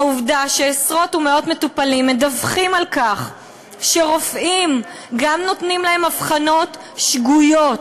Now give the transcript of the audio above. העובדה שעשרות ומאות מטופלים מדווחים שרופאים נותנים להם אבחנות שגויות,